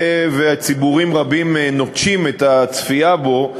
וציבורים רבים נוטשים את הצפייה בו,